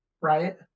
right